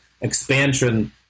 expansion